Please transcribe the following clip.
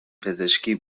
پزشکی